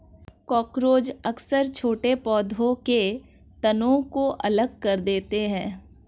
cockroach अक्सर छोटे पौधों के तनों को अलग कर देते हैं